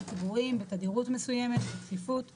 ציבוריים בתדירות מסוימת ובתכיפות מסוימת.